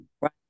right